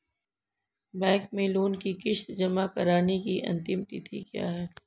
Bank में loan की किश्त जमा कराने की अंतिम तिथि क्या है?